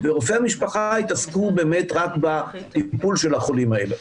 ורופאי המשפחה יתעסקו באמת רק בטיפול של החולים האלה.